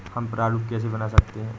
हम प्रारूप कैसे बना सकते हैं?